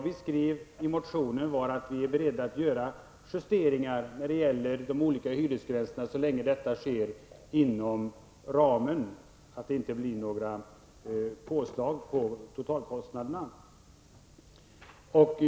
Viskrev i motionen att vi är beredda att göra justeringar avseende de olika hyresgränserna så länge detta sker inom den givna ramen, dvs. inte medför några påslag på totalkostnaderna.